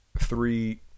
three